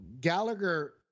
Gallagher